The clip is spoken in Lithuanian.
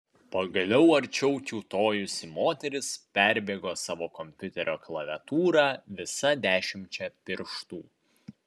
pagaliau arčiau kiūtojusi moteris perbėgo savo kompiuterio klaviatūrą visa dešimčia pirštų